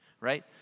Right